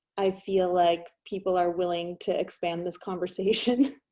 i feel like people are willing to expand this conversation